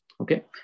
Okay